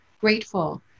grateful